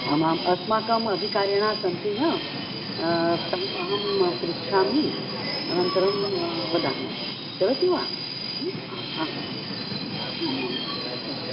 आमाम् अस्माकम् अधिकारिणः सन्ति ना तम् अहं पृच्छामि अनन्तरं वदामि चलति वा आम् आं आमामां सम्यक्